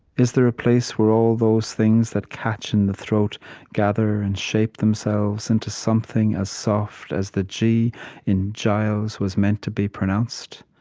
is there a place where all those things that catch in the throat gather and shape themselves into something as soft as the g in giles was meant to be pronounced?